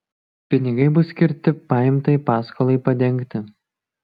pinigai bus skirti paimtai paskolai padengti